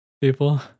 people